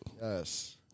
Yes